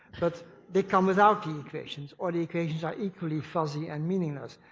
but they come without the equations, or the equations are equally fuzzy and meaningless.